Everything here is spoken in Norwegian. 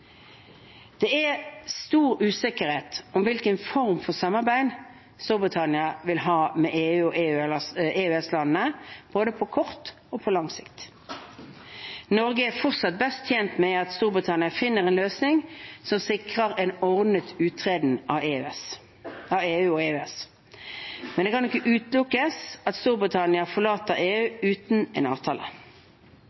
vil ha med EU- og EØS-landene, både på kort og på lang sikt. Norge er fortsatt best tjent med at Storbritannia finner en løsning som sikrer en ordnet uttreden av EU og EØS. Men det kan ikke utelukkes at Storbritannia forlater EU